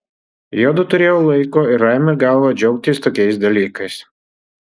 juodu turėjo laiko ir ramią galvą džiaugtis tokiais dalykais